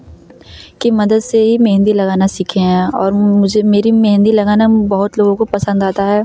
की मदद से ही मेहंदी लगाना सीखे हैं और मुझे मेरी मेहंदी लगाना बहुत लोगों को पसंद आता है